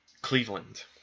Cleveland